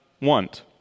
want